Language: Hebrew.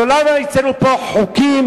הלוא למה הוצאנו פה חוקים,